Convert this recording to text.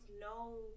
no